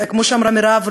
כמו שאמרה מירב,